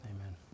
amen